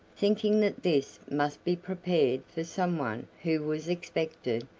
thinking that this must be prepared for someone who was expected,